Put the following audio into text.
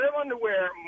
underwear